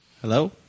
Hello